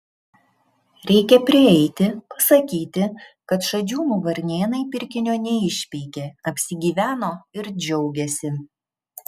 reikia prieiti pasakyti kad šadžiūnų varnėnai pirkinio neišpeikė apsigyveno ir džiaugiasi